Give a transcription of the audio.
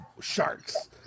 sharks